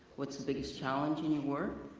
what's the biggest challenge in your work,